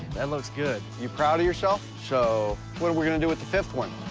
and looks good. you proud of yourself? so what are we gonna do with the fifth one?